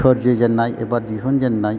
सोरजि जेननाय एबा दिहुन जेननाय